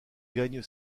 gagne